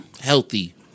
Healthy